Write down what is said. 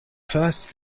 first